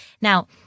Now